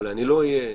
אולי אני לא אהיה,